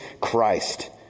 Christ